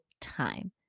time